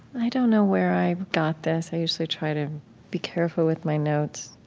i don't know where i got this. i usually try to be careful with my notes.